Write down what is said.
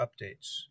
updates